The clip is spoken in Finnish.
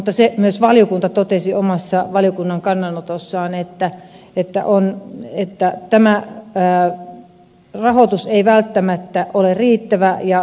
mutta myös valiokunta totesi omassa valiokunnan kannanotossaan että tämä rahoitus ei välttämättä ole riittävä